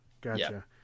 Gotcha